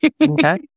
Okay